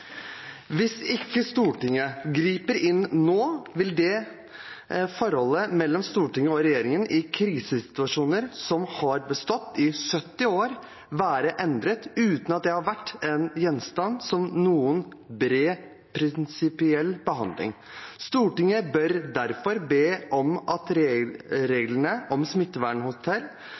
ikke Stortinget griper inn nå vil det forholdet mellom Stortinget og regjeringen i krisesituasjoner som har bestått i sytti år, være endret uten at det har vært gjenstand for noen bred prinsipiell behandling. Stortinget bør derfor be om at reglene om